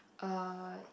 uh